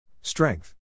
Strength